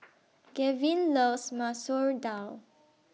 Gavyn loves Masoor Dal